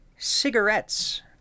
cigarettes